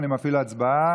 אני מפעיל הצבעה.